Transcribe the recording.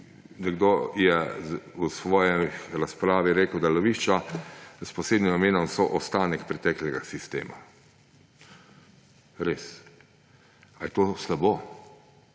Nekdo je v svoji razpravi rekel, da lovišča s posebnim namenom so ostanek preteklega sistema. Res. A je to slabo?